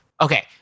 Okay